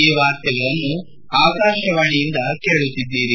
ಈ ವಾರ್ತೆಗಳನ್ನು ಆಕಾಶವಾಣೆಯಿಂದ ಕೇಳುತ್ತಿದ್ದೀರಿ